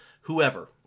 whoever